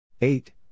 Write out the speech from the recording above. Eight